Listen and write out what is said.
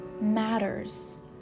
matters